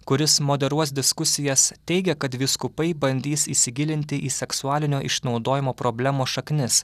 kuris moderuos diskusijas teigia kad vyskupai bandys įsigilinti į seksualinio išnaudojimo problemos šaknis